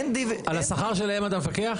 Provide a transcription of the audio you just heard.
על השכר שלהם אתה מפקח?